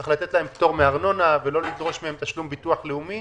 צריך לתת להם פטור מארנונה ולא לדרוש מהם תשלום ביטוח לאומי